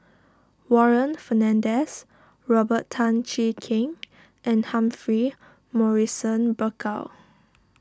Warren Fernandez Robert Tan Jee Keng and Humphrey Morrison Burkill